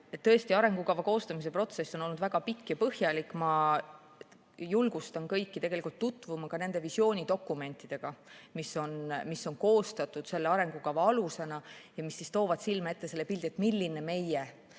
Tõesti, arengukava koostamise protsess on olnud väga pikk ja põhjalik. Ma julgustan kõiki tutvuma ka nende visioonidokumentidega, mis on koostatud selle arengukava alusena ja mis toovad silme ette pildi, milline meie